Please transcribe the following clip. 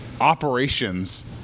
operations